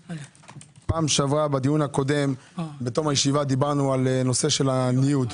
פעם שעברה בדיון הקודם בתום הישיבה דיברנו על נושא הניוד.